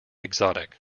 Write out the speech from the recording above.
exotic